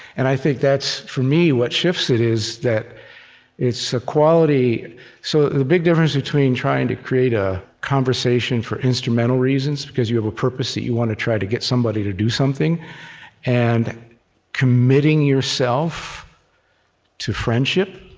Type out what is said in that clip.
and i think that's, for me, what shifts it, is that it's a quality so the big difference between trying to create a conversation for instrumental reasons because you have a purpose that you want to try to get somebody to do something and committing yourself to friendship,